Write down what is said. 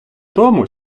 тому